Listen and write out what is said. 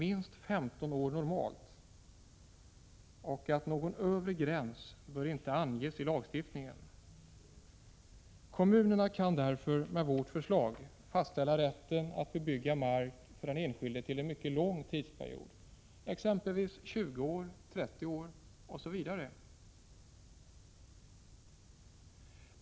Vi anser att genomförandetiden normalt bör sättas till minst 15 år och att någon Övre gräns inte bör anges i lagstiftningen. Kommunerna kan med vårt förslag fastställa rätten för den enskilde att bebygga mark till en mycket lång tidsperiod, exempelvis 20 år, 30 år, osv.